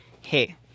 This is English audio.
hey